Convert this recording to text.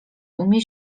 umie